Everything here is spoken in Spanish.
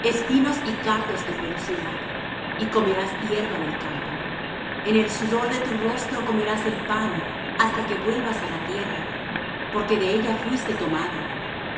espinos y cardos te producirá y comerás hierba del campo en el sudor de tu rostro comerás el pan hasta que vuelvas á la tierra porque de ella fuiste tomado